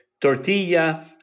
tortilla